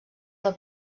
del